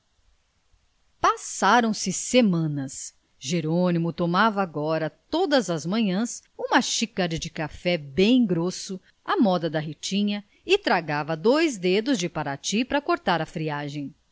passaram-se semanas jerônimo tomava agora todas as manhãs uma xícara de café bem grosso à moda da ritinha e tragava dois dedos de parati pra cortar a friagem